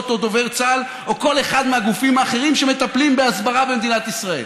או דובר צה"ל או כל אחד מהגופים האחרים שמטפלים בהסברה במדינת ישראל,